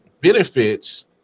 benefits